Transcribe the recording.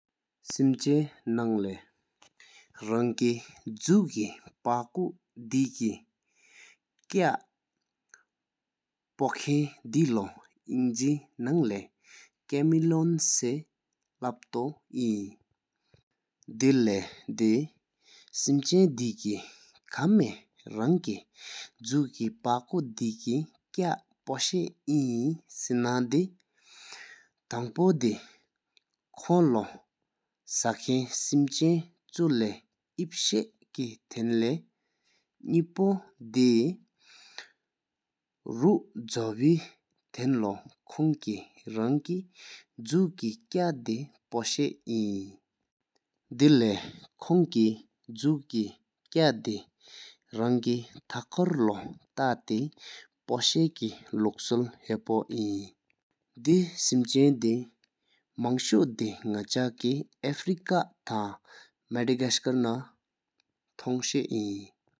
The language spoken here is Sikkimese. སེམས་ཅན་ནང་ལེགས་རང་བཀྱིན་ཀེ་འཇུག་པ་ཀོ་དལ་འཁྱིན་ཀ་དེ་བ་ཀོ་ཁན་དེ་ལོ་ཧེང་གི་ནང་ལེགས་འཆ་ཡོག་སེ་ལག་པ་ཏོ་ཨིན། དེ་ལེལ་དེ་སེམས་ཅན་དེ་ཀ་ཁ་མེས་རང་བཀྱིན་ཀེ་འཇུག་པ་ཀོ་དལ་ཁ་བོ་ཞཻ་ཨིན་སེ་ན་དེ་བཟང་པོ་དེ་ཁོང་ལོ་བཟང་ཁན་སེམས་ཅན་ཆུ་ལེགས་སེའེ་པ་ཞེ་འཁོས་ལེགས་ནེ་བོ་ཏེ་རོ་ཇོ་བེ་འེནས་ལོ་ཁོང་དེ་རང་བགྱིད་ཀ་དེ་ཕོ་ཞེ་ཨིན། དེ་ལེལ་ཁོང་ཀོ་རང་ནོ་ཞེ་ཀོ་བཟང་ཁོར་ལེགས་ཐ་རི་སེ་དེ་བོ་ཅེ་ཞེ་གསང་འཛོམ་མི་རོས་ཀ་ཕོ་ཞེ་གསང་སེ་ཡོག་ཚུར་བཟང་འེད་ཀོ་རས་ཞེ་ཨིན། དེ་སེམས་ཅན་ནི་ཝའི་དེ་ལེ་ལེགས་འཚངས་ཚེལ་ཡོག་ཁ་ཕ་སེ་ལག་པ་ཚེར་དོ་ཟངས་ཚུལ་བ་རྩེ་འགྲམ་མཁས་མང་དང་ལོ་སོ་གསུང་རོ་ཞེ་ཨིན།